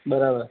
બરાબર